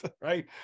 Right